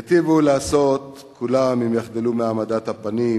יטיבו לעשות כולם אם יחדלו מהעמדת הפנים,